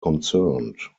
concerned